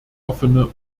offene